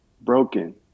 broken